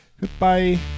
Goodbye